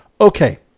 Okay